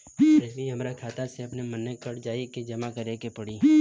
Premium हमरा खाता से अपने माने कट जाई की जमा करे के पड़ी?